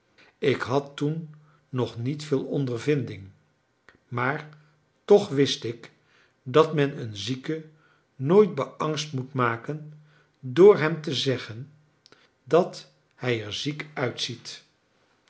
ik had toen nog niet veel ondervinding maar toch wist ik dat men een zieke nooit beangst moet maken door hem te zeggen dat hij er ziek uitziet